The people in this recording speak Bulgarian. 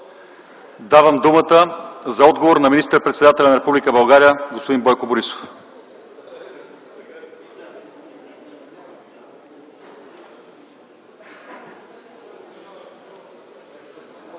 Давам думата за отговор на министър-председателя на Република България господин Бойко Борисов.